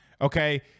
okay